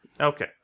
Okay